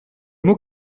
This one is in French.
mot